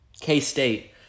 K-State